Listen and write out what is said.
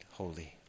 holy